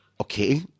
okay